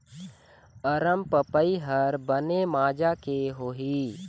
अरमपपई हर बने माजा के होही?